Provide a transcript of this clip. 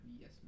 Yes